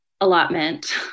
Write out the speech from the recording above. allotment